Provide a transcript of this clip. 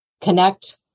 connect